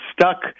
stuck